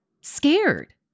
scared